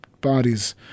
bodies